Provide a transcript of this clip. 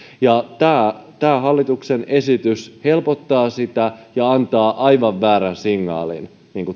tämä hallituksen esitys helpottaa sitä ja antaa aivan väärän signaalin